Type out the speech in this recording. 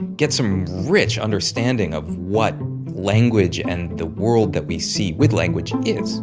get some rich understanding of what language and the world that we see with language is